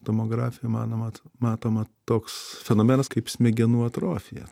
tomografijoj manomat matoma toks fenomenas kaip smegenų atrofija